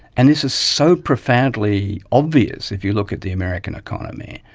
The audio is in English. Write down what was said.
and this is so profoundly obvious if you look at the american economy.